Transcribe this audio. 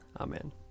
Amen